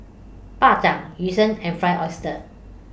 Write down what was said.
Bak Chang Yu Sheng and Fried Oyster